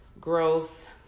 growth